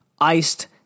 iced